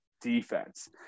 defense